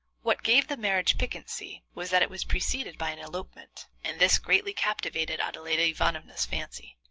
what gave the marriage piquancy was that it was preceded by an elopement, and this greatly captivated adeladda ivanovna's fancy.